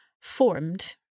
formed